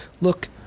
look